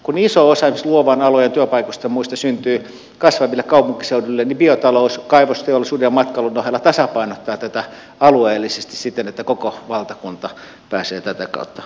kun iso osa esimerkiksi luovien alojen työpaikoista ja muista syntyy kasvaville kaupunkiseuduille niin biotalous kaivosteollisuuden ja matkailun ohella tasapainottaa tätä alueellisesti siten että koko valtakunta pääsee tätä kautta menemään eteenpäin